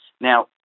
Now